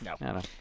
no